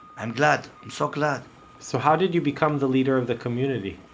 i'm glad, i'm so glad so how did you become the leader of the community?